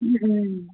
ꯎꯝ